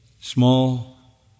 small